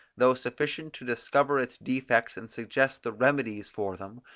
though sufficient to discover its defects and suggest the remedies for them,